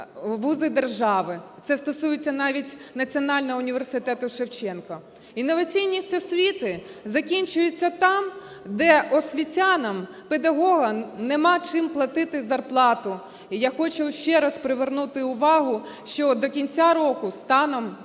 вузи держави. Це стосується навіть Національного університету Шевченка. Інноваційність освіти закінчується там, де освітянам, педагогам нема чим платити зарплату. І я хочу ще раз привернути увагу, що до кінця року станом на